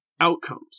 outcomes